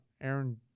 Aaron